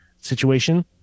situation